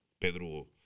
Pedro